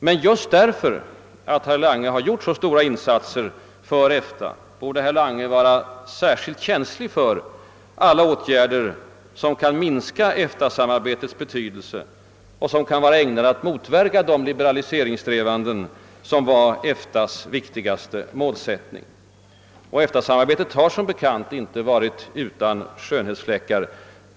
Men just därför att herr Lange har gjort så stora insatser för EFTA borde herr Lange vara särskilt känslig för andra åtgärder som kan minska EFTA-samarbetets betydelse och som kan vara ägnade att motverka de liberaliseringssträvanden som är EFTA:s viktigaste målsättning. EFTA-samarbetet har som bekant inte saknat skönhetsfläckar.